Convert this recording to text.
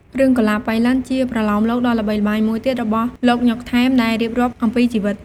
រឿងកុលាបប៉ៃលិន ជាប្រលោមលោកដ៏ល្បីល្បាញមួយទៀតរបស់ លោក ញ៉ុក ថែម ដែលរៀបរាប់អំពីជីវិត។